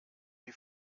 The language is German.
die